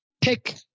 pick